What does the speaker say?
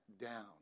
down